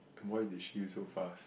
why you dispute so fast